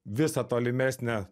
visą tolimesnę